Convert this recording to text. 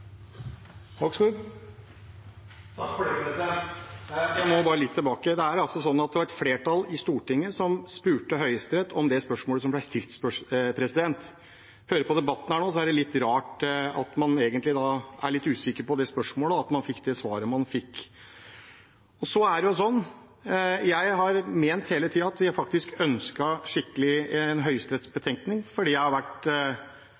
Jeg må bare litt tilbake: Det var altså et flertall i Stortinget som stilte Høyesterett det spørsmålet. Når jeg hører på debatten her nå, er det litt rart at man egentlig er litt usikker på det spørsmålet, og at man fikk det svaret man fikk. Jeg har hele tiden ment at vi faktisk har ønsket en betenkning fra Høyesterett, fordi jeg har